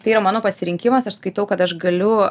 tai yra mano pasirinkimas aš skaitau kad aš galiu